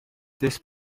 this